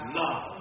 love